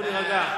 בוא נירגע.